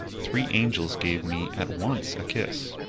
three angels gave me at once a kiss.